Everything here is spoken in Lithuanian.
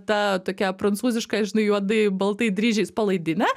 ta tokia prancūziška žinai juodai baltais dryžiais palaidine